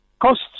Costs